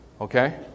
okay